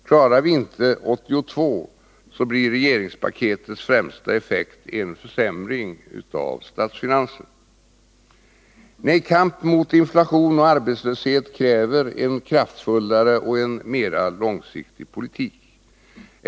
Klarar vi inte 1982, blir regeringspaketets främsta effekt en försämring av statsfinanserna. Nej, kamp mot inflationen och arbetslösheten kräver en kraftfullare och mer långsiktig politik.